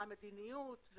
מה המדיניות?